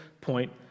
point